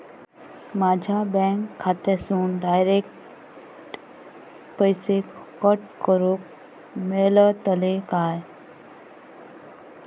माझ्या बँक खात्यासून डायरेक्ट पैसे कट करूक मेलतले काय?